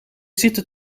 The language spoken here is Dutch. zitten